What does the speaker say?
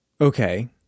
Okay